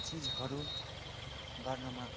चिजहरू गर्नमा